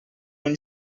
onde